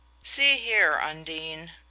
see here, undine,